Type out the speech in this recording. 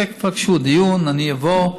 תבקשו דיון, אני אבוא,